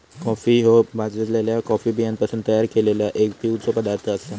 coffee ह्यो भाजलल्या coffee बियांपासून तयार केललो एक पिवचो पदार्थ आसा